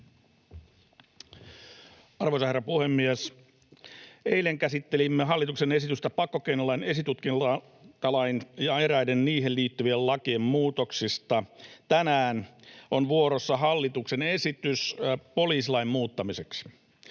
Arvoisa herra puhemies! Eilen käsittelimme hallituksen esitystä pakkokeinolain, esitutkintalain ja eräiden niihin liittyvien lakien muutoksista. Tänään on vuorossa hallituksen esitys poliisilain muuttamiseksi.